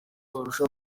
barusha